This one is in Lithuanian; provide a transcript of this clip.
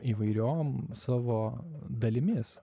įvairiom savo dalimis